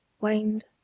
waned